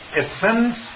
essence